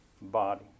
body